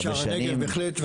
כן, אני הייתי בשער הנגב, בהחלט.